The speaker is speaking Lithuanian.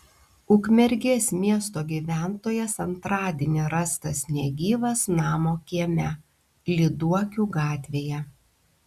ukmergės miesto gyventojas antradienį rastas negyvas namo kieme lyduokių gatvėje